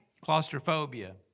claustrophobia